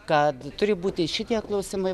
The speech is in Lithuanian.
kad turi būti šitie klausimai